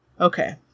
Okay